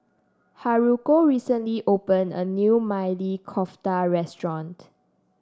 Haruko recently opened a new Maili Kofta Restaurant